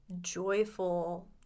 joyful